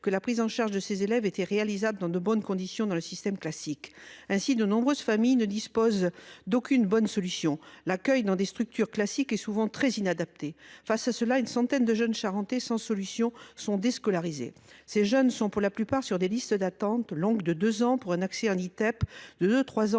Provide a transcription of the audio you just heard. que la prise en charge de ces élèves était réalisable dans de bonnes conditions dans le système classique. Ainsi, de nombreuses familles ne disposent d'aucune bonne solution : l'accueil dans des structures classiques est souvent très inadapté. Face à cela, une centaine de jeunes Charentais sans solution sont déscolarisés. Ces jeunes sont pour la plupart sur des listes d'attente longues de deux ans pour un accès en Itep et de